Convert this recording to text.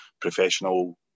professional